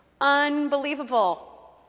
Unbelievable